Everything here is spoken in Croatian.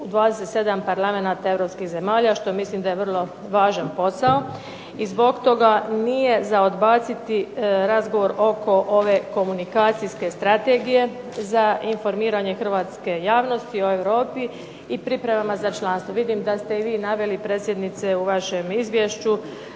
27 parlamenata europskih zemalja što mislim da je vrlo važan posao. I zbog toga nije za odbaciti razgovor oko ove komunikacijske strategije za informiranje hrvatske javnosti o Europi i pripremama za članstvo. Vidim da ste i vi naveli, predsjednice, u vašem izvješću